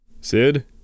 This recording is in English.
Sid